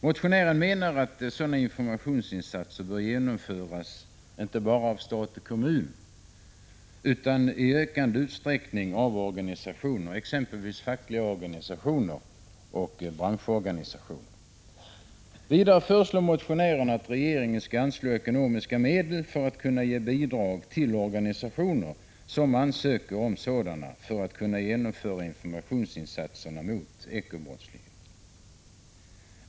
Motionärerna menar att sådana informationsinsatser bör genomföras inte bara av stat och kommun utan i ökande utsträckning av organisationer, exempelvis fackliga organisationer och branschorganisationer. Vidare föreslår motionärerna att regeringen skall anslå ekonomiska medel för att kunna ge bidrag till organisationer som ansöker om sådana för 63 att kunna genomföra informationsinsatser mot ekobrottslighet.